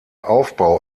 aufbau